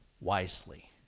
wisely